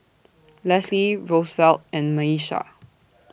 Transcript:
Lesley Rosevelt and Miesha